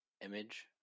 image